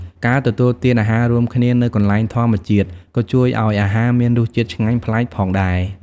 ការទទួលទានអាហាររួមគ្នានៅកន្លែងធម្មជាតិក៏ជួយឲ្យអាហារមានរសជាតិឆ្ងាញ់ប្លែកផងដែរ។